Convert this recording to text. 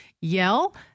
yell